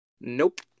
Nope